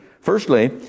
Firstly